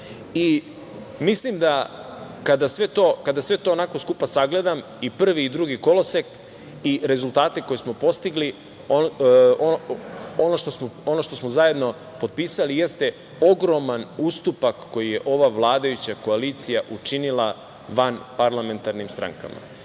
Mislim, da kada sve to skupa sagledam i prvi i drugi kolosek i rezultate koje smo postigli, ono što smo zajedno potpisali jeste ogroman ustupak koji je ova vladajuća koalicija učinila vanparlamentarnim strankama.